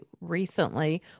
recently